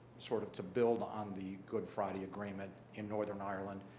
sort of, to build on the good friday agreement in northern ireland,